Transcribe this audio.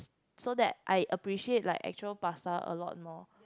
so that I appreciate like actual pasta a lot more